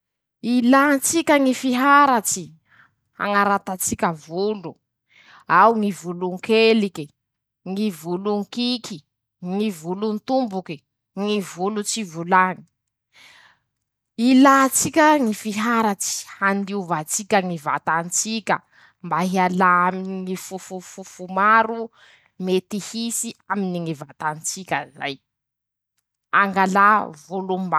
Ilà ntsika ñy fiharatsy, añarata tsika volo: -Ao ñy volon-kelike, ñy volon-kiky, ñy volon-tomboky, ñy volo tsy volañy, ilà tsika ñy fiharatsy handiova ntsika ñy vata ntsika, mba hiala aminy ñy fofofofo maro, mety hisy aminy ñy vata tsika zay, angalà.